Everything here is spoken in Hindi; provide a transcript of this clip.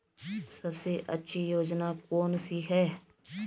सबसे अच्छी योजना कोनसी है?